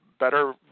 better